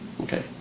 Okay